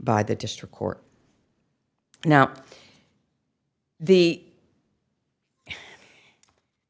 by the district court now the